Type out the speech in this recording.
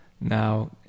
Now